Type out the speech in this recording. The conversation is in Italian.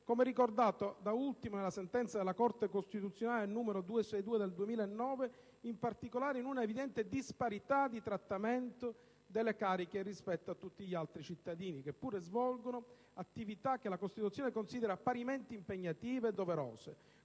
come ricordato, da ultimo, nella sentenza della Corte costituzionale n. 262 del 2009 - in particolare in un'evidente disparità di trattamento delle cariche rispetto a tutti gli altri cittadini, che pure svolgono attività che la Costituzione considera parimenti impegnative e doverose,